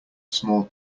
small